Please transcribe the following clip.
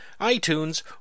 iTunes